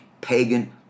pagan